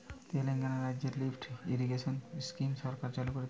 তেলেঙ্গানা রাজ্যতে lift irrigation scheme সরকার চালু করতিছে